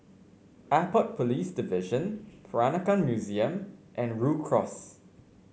Airport Police Division Peranakan Museum and Rhu Cross